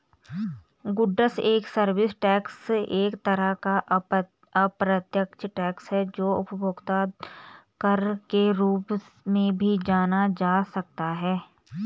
goods and service tax एक तरह का अप्रत्यक्ष टैक्स है जो उपभोक्ता कर के रूप में भी जाना जा सकता है